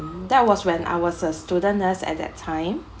that was when I was a student nurse at that time